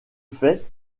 fait